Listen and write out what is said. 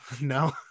no